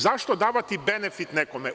Zašto davati benefit nekome?